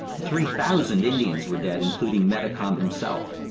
three thousand indians were dead, including metacom himself.